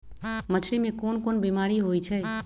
मछरी मे कोन कोन बीमारी होई छई